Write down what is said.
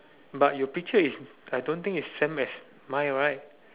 but your picture is I don't think is same as mine right